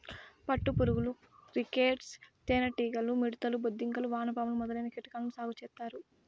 పట్టు పురుగులు, క్రికేట్స్, తేనె టీగలు, మిడుతలు, బొద్దింకలు, వానపాములు మొదలైన కీటకాలను సాగు చేత్తారు